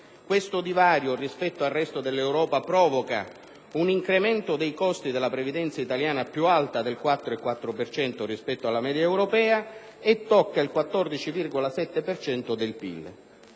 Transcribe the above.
Questo divario rispetto al resto dell'Europa provoca un incremento dei costi della previdenza italiana più alto del 4,4 per cento rispetto alla media europea e tocca il 14,7 per